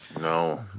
No